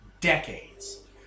Decades